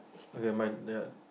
okay my the